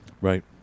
Right